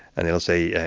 and they'll say, yeah